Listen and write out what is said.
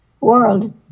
world